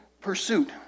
pursuit